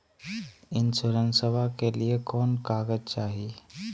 इंसोरेंसबा के लिए कौन कागज चाही?